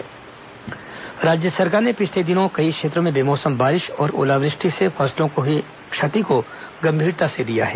फसल नुकसान मुआवजा राज्य सरकार ने पिछले दिनों कई क्षेत्रों में बेमौसम बारिश और ओलावृष्टि से फसलों को हुई क्षति को गंभीरता से लिया है